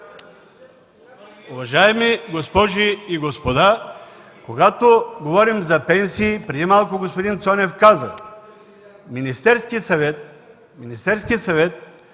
Уважаеми госпожи и господа, когато говорим за пенсии, преди малко господин Цонев каза: Министерският съвет